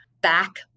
back